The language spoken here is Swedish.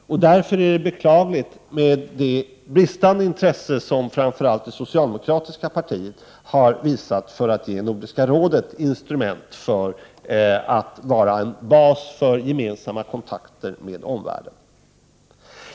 Det bristande intresse som framför allt det socialdemokratiska partiet har visat för att ge Nordiska rådet instrument för att bli en bas för gemensamma kontakter med omvärlden är därför beklagligt.